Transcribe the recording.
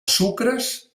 sucres